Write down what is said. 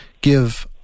give